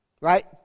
right